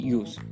use